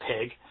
pig